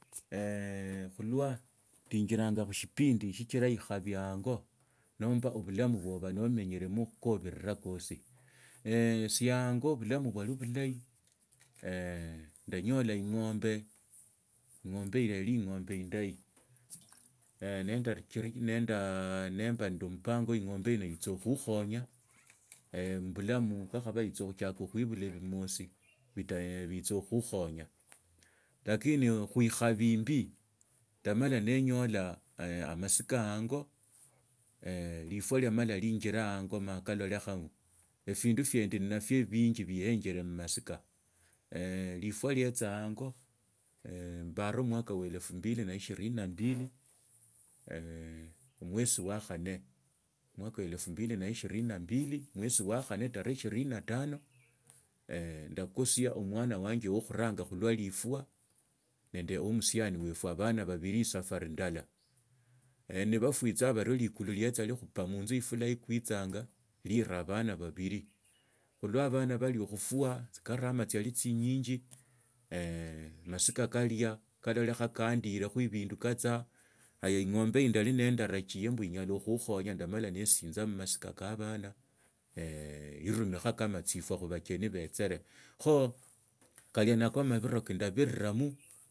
khulwa ndaenjiraa khushipindi shikila ikhabi ango namba obulamu bwo aba noomenyeremo khukoabira kosi sie ango bulamu bwali bulahi ndanyola ingomba ingombe iyo yali ingombe indahi. Namba nandi mupangi ing’omba ino itsakhukhonya mubalamu kakhaba itsaa khutsiaka khuibula bimosi biitsakhonya lakini khuikhobi imbi ndamala ninyola omasika lifwa lietsa ango mbaara omwaka wa elfu mbili na ishirini na mbili mwesi wa khanne mwana wa elfu mbili na ishirini na mbili mwesi wa khanne tarehe ishirini na mbili mwesi wa khanne tarehe ishirini na tano ndakosia omawana wanje wo khuranga khulwa difwa nenda wa musiani wefwe abana babili safari endala, nabefwitsa barie likuli lietsa likhupa munzu ifula ikwitsanga irira abana babili khulwa abana bali khufwa tsiyarama tsiali tsinyinji masika kalia kalureleha kaandilekho ebindu kadhaa hayaa ingombe ndala ya ndarejia inyala khuskonya ndamala nisinja mmasika ka abana ne irumikha kama tsifwa tsubacheni beetsera kha kalia nako amabiro ke ndabiiramo.